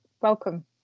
welcome